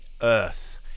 earth